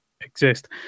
exist